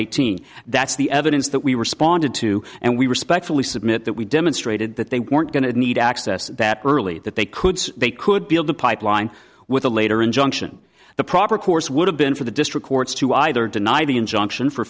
eighteen that's the evidence that we responded to and we respectfully submit that we demonstrated that they weren't going to need access that early that they could they could build the pipeline with a later injunction the proper course would have been for the district courts to either deny the injunction for